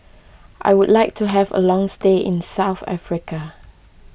I would like to have a long stay in South Africa